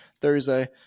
Thursday